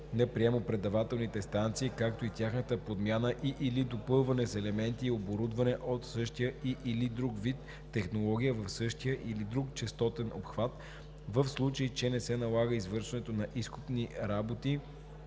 на приемо-предавателните станции, както и тяхната подмяна и/или допълване с елементи и оборудване от същия и/или друг вид технология в същия или друг честотен обхват, в случай, че не се налага извършването на изкопни работи,